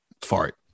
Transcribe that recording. fart